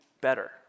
better